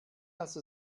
also